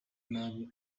nabi